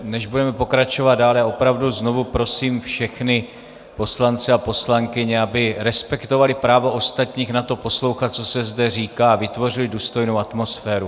Než budeme pokračovat dále, já opravdu znovu prosím všechny poslance a poslankyně, aby respektovali právo ostatních na to poslouchat, co se zde říká, a vytvořili důstojnou atmosféru.